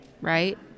Right